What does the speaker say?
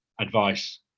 advice